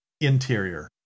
Interior